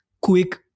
quick